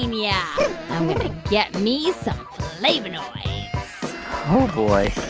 um yeah i'm going to get me some flavonoids oh, boy,